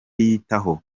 yitaho